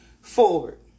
forward